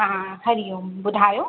हा हरि ओम ॿुधायो